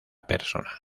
persona